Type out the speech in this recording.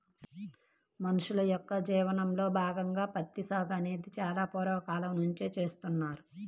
మనుషుల యొక్క జీవనంలో భాగంగా ప్రత్తి సాగు అనేది చాలా పూర్వ కాలం నుంచే చేస్తున్నారు